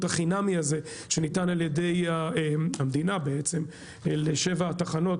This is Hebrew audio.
החינמי הזה שניתן על ידי המדינה בעצם לשבע התחנות,